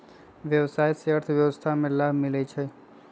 व्यवसाय से अर्थव्यवस्था के लाभ मिलइ छइ